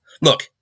Look